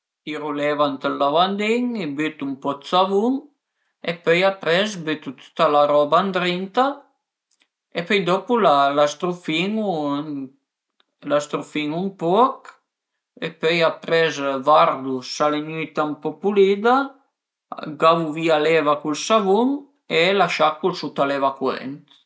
Tiru l'eva ënt ël lavandin, bütu ën po dë savun e pöi apres bütu tüta la roba ëndrinta e pöi dopu la strufin-u la strufin-un ën poch e pöi apres vardu së al e venüita ën po pulida, gavu vìa l'eva cun ël savun e la sciacu sut a l'eva curent